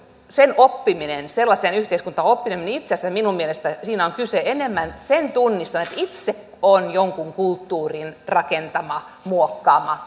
sen oppimisessa sellaisessa yhteiskuntaoppimisessa on itse asiassa minun mielestäni kyse enemmän sen tunnistamisesta että itse on jonkun kulttuurin rakentama muokkaama